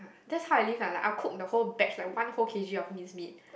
that's how I live lah like I'll cook the whole batch like one whole K_G of mince meat